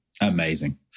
Amazing